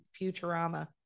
Futurama